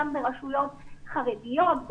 גם ברשויות חרדיות,